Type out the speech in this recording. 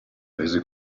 rese